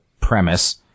premise